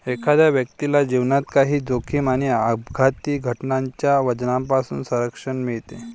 एखाद्या व्यक्तीला जीवनात काही जोखीम आणि अपघाती घटनांच्या वजनापासून संरक्षण मिळते